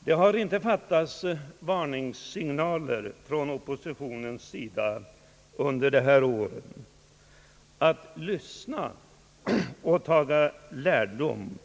Det har inte fattats varningssignaler från oppositionen under dessa år. Att lyssna och taga lärdom